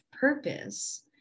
purpose